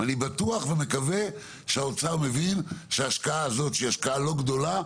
אני בטוח ומקווה שהאוצר מבין שההשקעה הזאת שהיא השקעה לא גדולה,